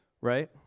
right